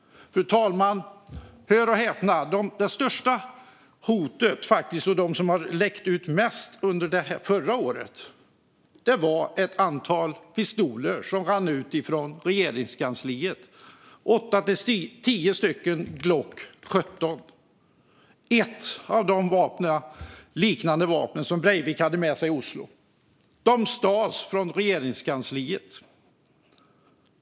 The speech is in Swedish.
Fru talman! Hör och häpna: Det största hotet under förra året - den största mängden vapen som läckte ut - var ett antal pistoler som rann ut från Regeringskansliet. Det var åtta till tio Glock 17. Ett liknande vapen hade Breivik med sig i Oslo. De stals från Regeringskansliet.